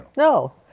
no.